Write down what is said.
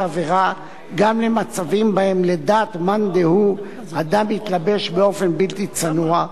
העבירה גם למצבים שבהם לדעת מאן דהוא אדם התלבש באופן בלתי צנוע,